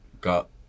got